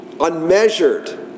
unmeasured